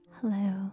Hello